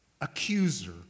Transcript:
accuser